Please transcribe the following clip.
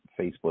Facebook